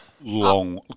long